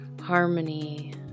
harmony